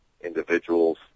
individuals